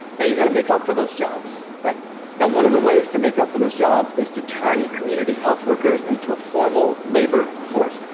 now, you've got to make up for those jobs. now, one of the ways to make up for those jobs is to turn community health workers into a formal labor force.